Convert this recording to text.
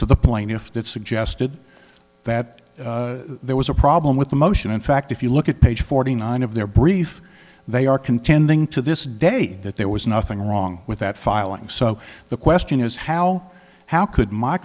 to the point if that suggested that there was a problem with the motion in fact if you look at page forty nine of their brief they are contending to this day that there was nothing wrong with that filing so the question is how how could my